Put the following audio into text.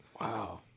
Wow